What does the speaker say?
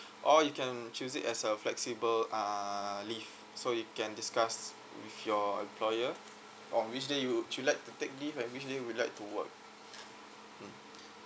or you can choose it as a flexible uh leave so you can discuss with your employer on which day would you like to take leave and which day would you like to work mm